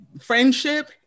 friendship